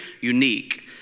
unique